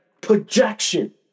projection